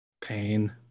Pain